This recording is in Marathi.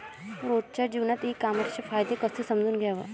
रोजच्या जीवनात ई कामर्सचे फायदे कसे समजून घ्याव?